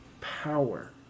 power